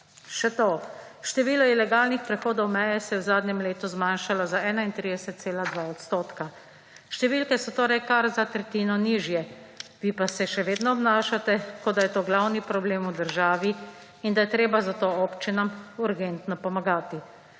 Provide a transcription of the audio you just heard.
Še to, število ilegalnih prehodov meje se je v zadnjem letu zmanjšalo za 31,2 %. **142. TRAK: (IP) – 21.45** (nadaljevanje) Številke so torej kar za tretjino nižje, vi pa se še vedno obnašate, kot da je to glavni problem v državi in da je treba zato občinam urgentno pomagati.